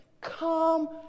Come